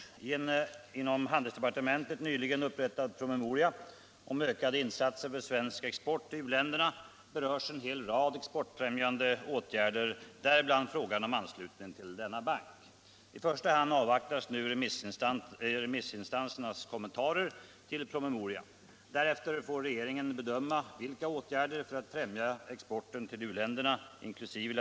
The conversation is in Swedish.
I en inom handelsdepartementet nyligen upprättad promemoria om ökade insatser för svensk export till u-länderna berörs en hel rad exportfrämjande åtgärder, däribland frågan om anslutning till denna bank. I första hand avvaktas nu remissinstansernas kommentarer till denna promemoria. Därefter får regeringen bedöma vilka åtgärder för att främja exporten till u-länderna, inkl.